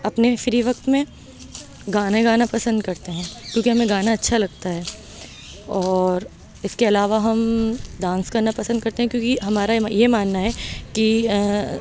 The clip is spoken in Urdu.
اپنے فری وقت میں گانے گانا پسند کرتے ہیں کیوںکہ ہمیں گانا اچھا لگتا ہے اور اس کے علاوہ ہم ڈانس کرنا پسند کرتے ہیں کیوںکہ ہمارا یہ ماننا ہے کہ